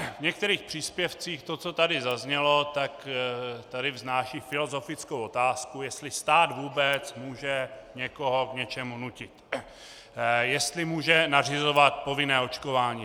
V některých příspěvcích to, co tady zaznělo, tak tady vznáší filozofickou otázku, jestli stát vůbec může někoho k něčemu nutit, jestli může nařizovat povinné očkování.